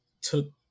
took